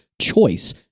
choice